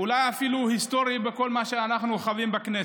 ואולי אפילו היסטורי בכל מה שאנחנו חווים בכנסת.